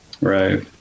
Right